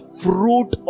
fruit